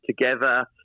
together